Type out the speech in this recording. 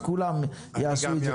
אז כולם יעשו את זה.